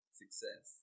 success